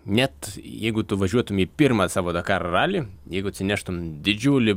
net jeigu tu važiuotum į pirmą savo dakaro ralį jeigu atsineštum didžiulį